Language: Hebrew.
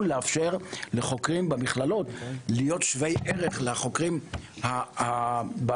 לאפשר לחוקרים במכללות להיות שווי ערך לחוקרים באוניברסיטאות,